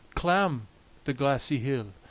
clamb the glassy hill,